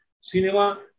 cinema